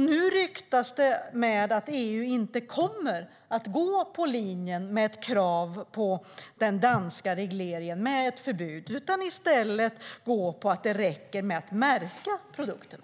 Nu ryktas det att EU inte kommer att gå på linjen med ett krav, i enlighet med den danska regleringen, på ett förbud utan i stället gå på linjen att det räcker med att märka produkten.